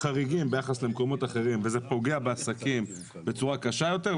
חריגים ביחס למקומות אחרים וזה פוגע בעסקים בצורה קשה יותר,